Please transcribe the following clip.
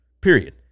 Period